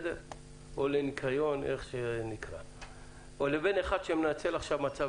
או לניכיון ובין אחד שמנצל עכשיו מצב